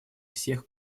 всех